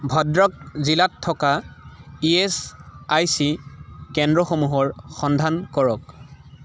ভদ্ৰক জিলাত থকা E S I C কেন্দ্ৰসমূহৰ সন্ধান কৰক